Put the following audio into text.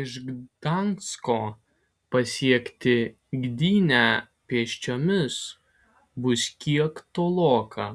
iš gdansko pasiekti gdynę pėsčiomis bus kiek toloka